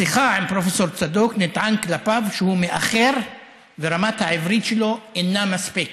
בשיחה עם פרופ' צדוק נטען כלפיו שהוא מאחר ושרמת העברית שלו אינה מספקת.